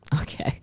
Okay